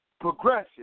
progression